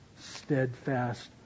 steadfast